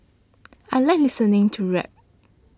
I like listening to rap